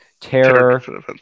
terror